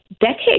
decades